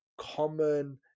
Common